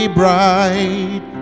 bright